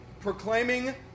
proclaiming